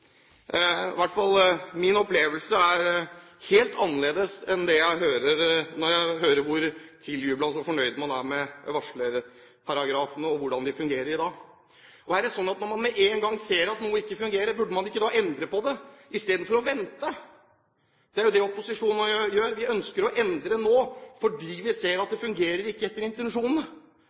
Min opplevelse av dette er i hvert fall helt annerledes, når jeg hører hvor tiljublet dette er, og hvor fornøyd man er med varslerparagrafene, og hvordan de fungerer i dag. Og er det ikke sånn at med en gang man ser at noe ikke fungerer, burde man ikke da endre på det, i stedet for å vente? Det er jo det opposisjonen nå gjør. Vi ønsker å endre nå, fordi vi ser at det ikke fungerer etter intensjonene.